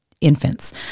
infants